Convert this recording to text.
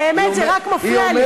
באמת זה רק מפריע לי.